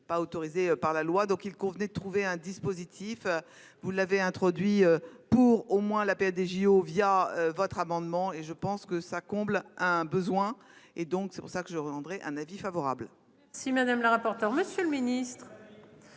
Pas autorisé par la loi, donc il convenait de trouver un dispositif. Vous l'avez introduit pour au moins la période des JO via votre amendement et je pense que ça comble un besoin et donc c'est pour ça que je rendrai un avis favorable. Si Madame la rapporteure. Monsieur le Ministre.